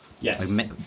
Yes